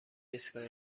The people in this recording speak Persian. ایستگاه